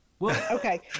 Okay